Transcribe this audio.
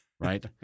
right